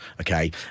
okay